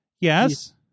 yes